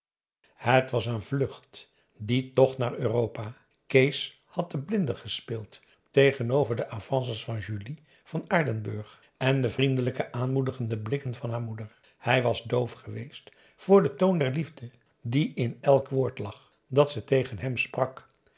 het was een vlucht die tocht naar europa kees had den blinde gespeeld tegenover de avances van julie van aardenburg en de vriendelijke aanmoedigende blikken van haar moeder hij was doof geweest voor den toon der liefde die in elk woord lag dat ze tegen hem sprak